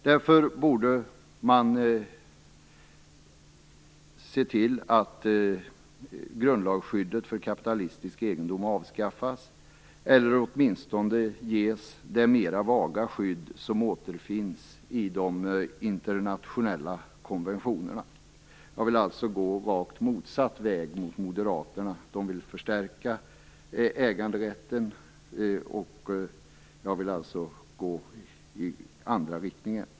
Man borde därför se till att grundlagsskyddet för kapitalistisk egendom avskaffas eller åtminstone ges det mer vaga skydd som återfinns i de internationella konventionerna. Jag vill alltså gå rakt motsatt väg mot moderaterna. De vill förstärka äganderätten, och jag vill gå i andra riktningen.